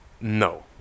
no